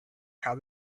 how